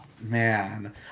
Man